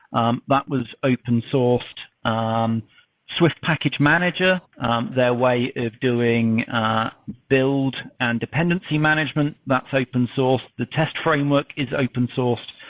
um but was open-sourced. um swift package manager their way of doing build and dependency management, that's open-sourced. the test framework is open-sourced.